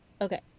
Okay